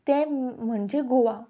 तें म्हणजे गोवा